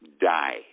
die